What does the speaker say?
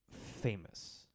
famous